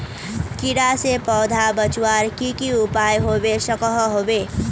कीड़ा से पौधा बचवार की की उपाय होबे सकोहो होबे?